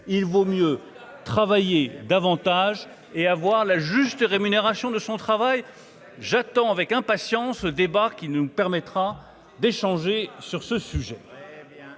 il vaut mieux travailler davantage et avoir la juste rémunération de son travail, j'attends avec impatience ce débat qui nous permettra d'échanger sur ce sujet,